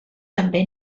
també